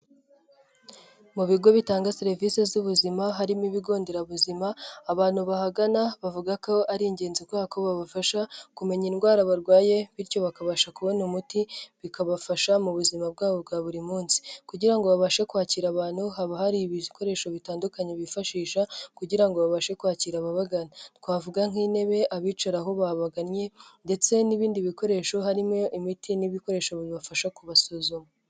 Mu bigo bitanga serivisi z'ubuzima, harimo ibigo nderabuzima. Abantu bahagana bavuga ko ari ingenzi kubera ko babafasha kumenya indwara barwaye bityo bakabasha kubona umuti. Bikabafasha mu buzima bwabo bwa buri munsi kugira ngo babashe kwakira abantu. Haba hari ibi ibikoresho bitandukanye bifashisha kugira ngo babashe kwakira ababagana. Twavuga: nk'intebe abicara aho babagannye ndetse n'ibindi bikoresho, harimo imiti n'ibikoresho bibafasha kubasuzuma.